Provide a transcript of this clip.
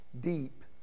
deep